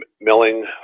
milling